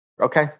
okay